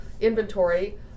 inventory